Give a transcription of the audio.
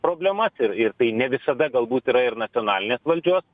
problemas ir ir tai ne visada galbūt yra ir nacionalinės valdžios